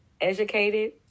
educated